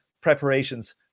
preparations